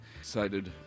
Excited